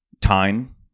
Time